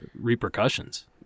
repercussions